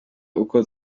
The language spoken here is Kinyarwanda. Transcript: uko